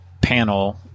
panel